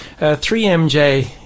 3MJ